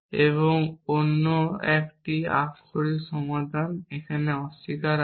এবং অন্য একটি যে আক্ষরিক সমাধান একটি অস্বীকার আছে